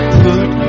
put